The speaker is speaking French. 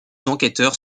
enquêteurs